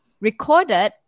recorded